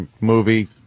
movie